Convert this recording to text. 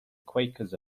quakers